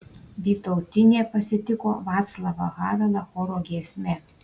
vytautinė pasitiko vaclavą havelą choro giesme